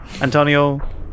Antonio